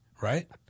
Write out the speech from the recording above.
Right